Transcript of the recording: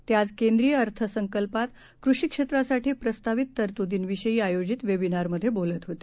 ते आज केंद्रीय अर्थसंकल्पात कृषीक्षेत्रासाठी प्रस्तावित तरतुदींविषयी आयोजित वेबिनारमधे बोलत होते